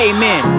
Amen